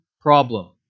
problem